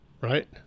Right